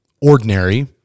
ordinary